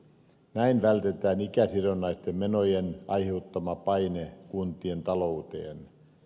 näin vältetään ikäsidonnaisten menojen aiheuttama paine kuntien taloudessa